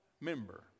member